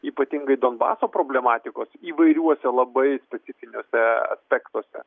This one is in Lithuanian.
ypatingai donbaso problematikos įvairiuose labai specifiniuose aspektuose